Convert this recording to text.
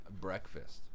breakfast